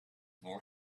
more